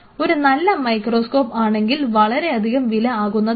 ഒരു നല്ല മൈക്രോസ്കോപ്പ് ആണെങ്കിൽ വളരെയധികം വില ആകുന്നതാണ്